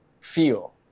feel